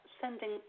sending